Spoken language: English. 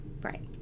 Right